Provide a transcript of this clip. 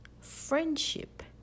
friendship